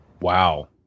Wow